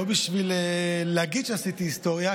לא בשביל להגיד שעשיתי היסטוריה,